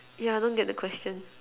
yeah I don't get the question